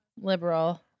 liberal